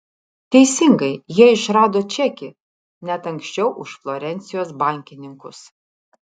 teisingai jie išrado čekį net anksčiau už florencijos bankininkus